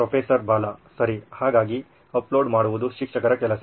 professor Bala ಸರಿ ಹಾಗಾಗಿ upload ಮಾಡುವುದು ಶಿಕ್ಷಕರ ಕೆಲಸ